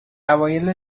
اوایل